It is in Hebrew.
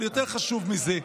אבל יותר חשוב מזה,